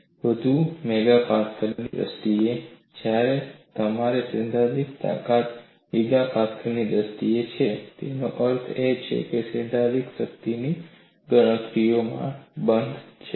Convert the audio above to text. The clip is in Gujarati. તે બધું મેગાપાસ્કલની દ્રષ્ટિએ છે જ્યારે સૈદ્ધાંતિક તાકાત ગીગાપાસ્કલની દ્રષ્ટિએ છે તેનો અર્થ એ છે કે સૈદ્ધાંતિક શક્તિની ગણતરીઓ બંધ છે